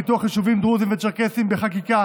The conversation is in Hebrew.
לפיתוח יישובים דרוזיים וצ'רקסיים בחקיקה